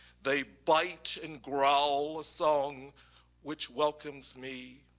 they bite and growl a song which welcomes me.